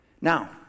Now